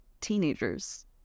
teenagers